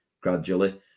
gradually